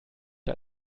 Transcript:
der